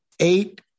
eight